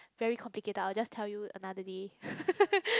very complicated I will just tell you another day